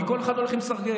כי כל אחד הולך עם סרגל.